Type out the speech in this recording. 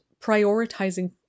prioritizing